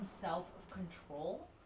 self-control